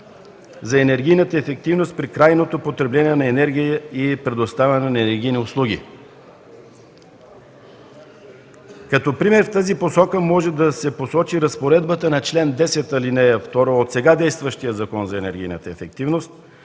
за енергийната ефективност при крайното потребление на енергия и предоставяне на енергийни услуги. Като пример в тази посока може да се посочи разпоредбата на чл. 10, ал. 2 от сега действащия Закон за енергийната ефективност,